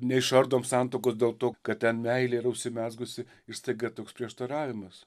neišardom santuokos dėl to kad ten meilė yra užsimezgusi ir staiga toks prieštaravimas